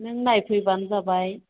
नों नायफैबानो जाबाय